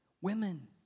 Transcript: Women